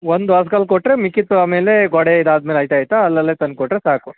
ಒಂದು ವಾಸ್ಕಲ್ ಕೊಟ್ಟರೆ ಮಿಕ್ಕಿದ್ದು ಆಮೇಲೆ ಗೋಡೆ ಇದಾದ್ಮೇಲೆ ಆಗ್ತಾಗ್ತ ಅಲ್ಲಲ್ಲೆ ತಂದು ಕೊಟ್ಟರೆ ಸಾಕು